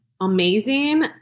amazing